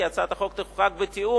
כי הצעת החוק תהיה רק בתיאום,